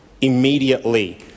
immediately